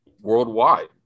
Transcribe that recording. worldwide